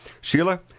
Sheila